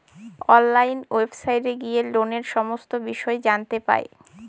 online ওয়েবসাইটে গিয়ে লোনের সমস্ত বিষয় জানতে পাই